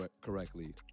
correctly